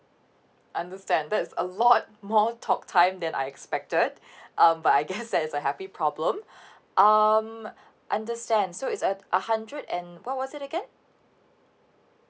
understand that's a lot more talk time that I expected um but I guess that is a happy problem um understand so is at a hundred and what was it again